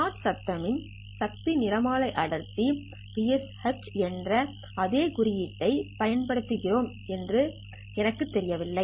shot சத்தம் சக்தி நிறமாலை அடர்த்தி ρsh என்ற அதே குறியீட்டைப் பயன்படுத்துகிறோமா என்று எனக்குத் தெரியவில்லை